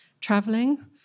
traveling